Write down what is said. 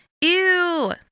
Ew